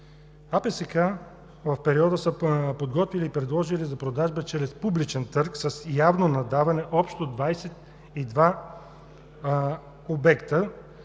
в периода е подготвила и предложила за продажба чрез публичен търг с явно наддаване общо 22 обекта,